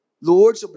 Lord